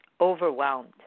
Overwhelmed